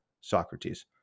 Socrates